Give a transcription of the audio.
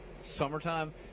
summertime